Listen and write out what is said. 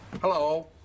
hello